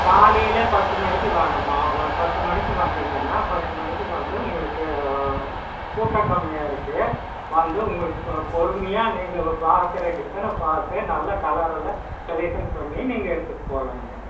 காலையில் பத்து மணிக்கு வாங்கம்மா பத்து மணிக்கு வந்திங்கன்னா பத்து மணிக்கு வந்து உங்களுக்கு கூட்டம் கம்மியாக இருக்கும் வந்து உங்களுக்கு பொறுமையாக நீங்கள் பாக்கிற டிசைனை பார்த்து நல்ல கலரில் செலெக்ஷன் பண்ணி நீங்கள் எடுத்துகிட்டுப் போகலாங்க